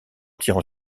tirant